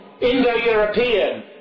Indo-European